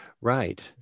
Right